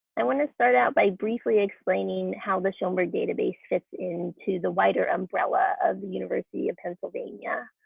i want to start out by briefly explaining how the schoenberg database fits in to the wider umbrella of the university of pennsylvania.